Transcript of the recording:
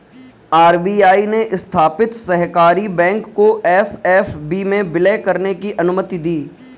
RBI ने स्थापित सहकारी बैंक को एस.एफ.बी में विलय करने की अनुमति दी